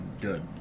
good